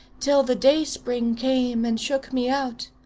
till the dayspring came and shook me out.